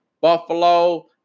Buffalo